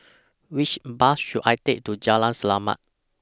Which Bus should I Take to Jalan Selamat